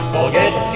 Forget